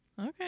Okay